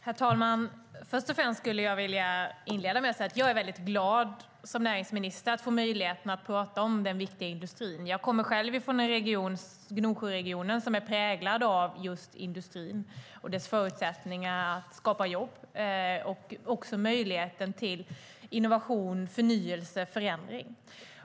Herr talman! Jag skulle vilja inleda med att säga att jag är glad att som näringsminister få möjlighet att tala om den viktiga industrin. Jag kommer själv från en region, Gnosjöregionen, som är präglad just av industrin och dess förutsättningar att skapa jobb. Det handlar också om möjligheten till innovation, förnyelse och förändring.